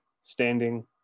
standing